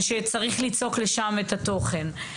וצריך ליצוק לשם את התוכן.